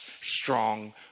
strong